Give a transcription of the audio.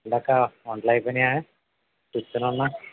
ఏంటక్క వంటలు అయిపోయినాయా కూర్చొనే ఉన్నావు